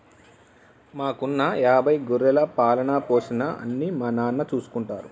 మాకున్న యాభై గొర్రెల పాలన, పోషణ అన్నీ మా నాన్న చూసుకుంటారు